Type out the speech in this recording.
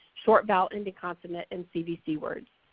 short vowel, ending consonant and cbc words.